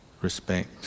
respect